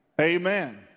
Amen